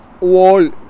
wall